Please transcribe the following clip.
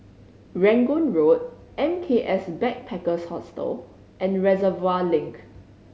Rangoon Road M K S Backpackers Hostel and Reservoir Link